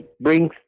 brings